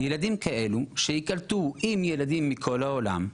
ילדים כאלה שייקלטו עם ילדים מכל העולם.